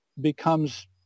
becomes